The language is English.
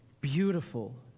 beautiful